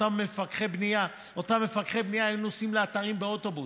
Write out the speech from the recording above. אותם מפקחי בנייה היו נוסעים לאתרים באוטובוס,